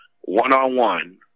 one-on-one